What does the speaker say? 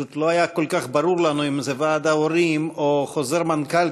פשוט לא היה כל כך ברור לנו אם זה ועד ההורים או חוזר מנכ"ל,